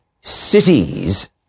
cities